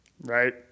right